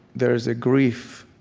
there is a grief,